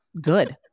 good